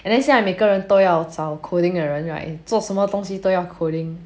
and then 现在每个人都要找 coding 的人 right 做什么东西都需要 coding